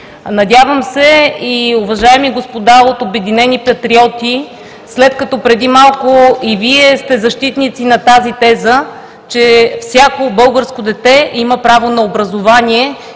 Надявам се, уважаеми господа от „Обединени патриоти“, след като преди малко и Вие сте защитници на тезата, че всяко българско дете има право на образование